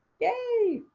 yay.